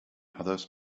others